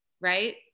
Right